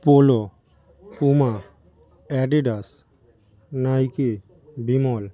polo Puma Adidas Nike Bimal